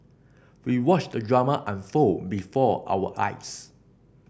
we watched the drama unfold before our eyes